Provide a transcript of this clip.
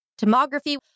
tomography